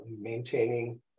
maintaining